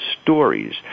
stories